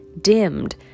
dimmed